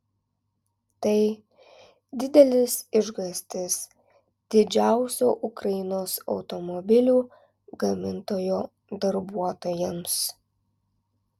tai didelis išgąstis didžiausio ukrainos automobilių gamintojo darbuotojams